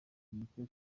imitwe